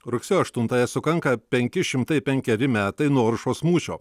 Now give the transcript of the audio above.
rugsėjo aštuntąją sukanka penki šimtai penkeri metai nuo oršos mūšio